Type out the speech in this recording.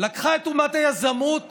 לקחה את אומת היזמות